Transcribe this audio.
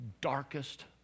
darkest